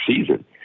season